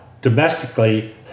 domestically